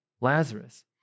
Lazarus